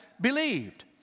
believed